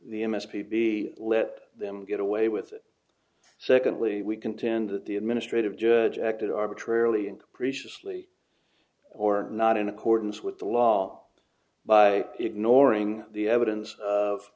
the m s p be let them get away with it secondly we contend that the administrative judge acted arbitrarily and capriciously or not in accordance with the law by ignoring the evidence of